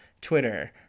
twitter